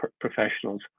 professionals